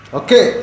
okay